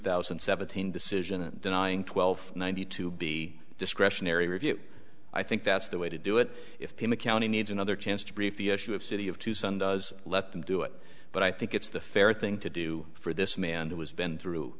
thousand and seventeen decision denying twelve ninety to be discretionary review i think that's the way to do it if pm a county needs another chance to brief the issue of city of tucson does let them do it but i think it's the fair thing to do for this man who has been through